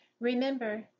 Remember